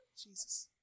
Jesus